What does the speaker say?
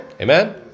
Amen